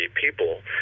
people